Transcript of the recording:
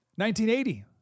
1980